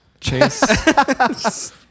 Chase